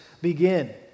begin